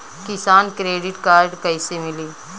किसान credit card कइसे मिली?